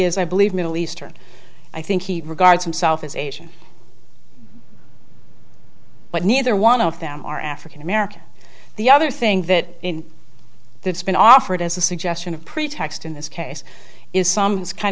is i believe middle eastern i think he regards himself as asian but neither one of them are african american or the other thing that in that's been offered as a suggestion of pretext in this case is some kind